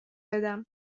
بدم